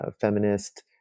feminist